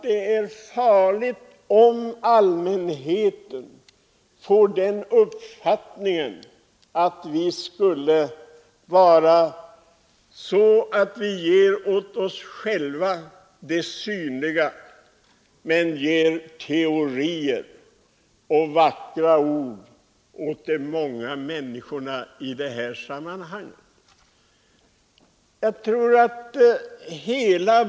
— Det är farligt om allmänheten får den uppfattningen att vi ger synliga förbättringar åt oss själva medan de många människorna får teorier och vackra ord.